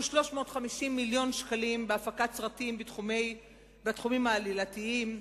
350 מיליון שקלים בהפקת סרטים בתחומים העלילתיים: